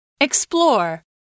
Explore